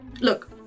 Look